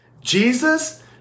Jesus